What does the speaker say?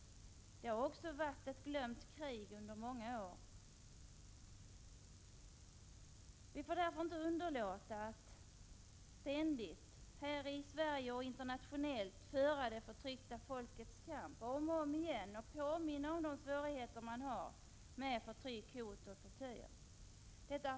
Också denna kamp har under många år varit ett bortglömt krig. Vi får därför inte — Prot. 1987/88:30 underlåta att, här i Sverige och internationellt, ständigt föra det förtryckta — 24 november 1987 folkets kamp och påminna om de svårigheter man har med förtryck, hot och er é ::: öd ä i Om den politiska situa tortyr.